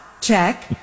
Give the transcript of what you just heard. check